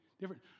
different